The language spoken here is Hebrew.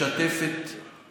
שילכו לעזאזל,